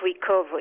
recovery